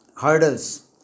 hurdles